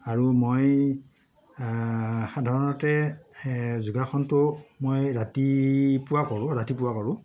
আৰু মই সাধাৰণতে যোগাসনটো মই ৰাতিপুৱা কৰোঁ ৰাতিপুৱা কৰোঁ